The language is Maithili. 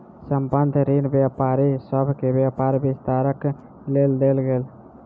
संबंद्ध ऋण व्यापारी सभ के व्यापार विस्तारक लेल देल गेल